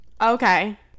Okay